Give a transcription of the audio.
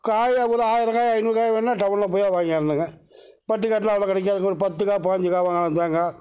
காயாக ஒரு ஆயிரம்காய் ஐநூறுகாயாக வேணும்னா டவுனில் போய் தான் வாங்கியாரணும் பட்டிக்காட்டில் அவ்வளோ கிடைக்காதுங்க ஒரு பத்துக்காய் பயஞ்சிக்காய் வாங்கலாம் தேங்காய்